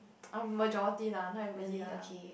um majority lah not everybody lah